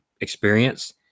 experience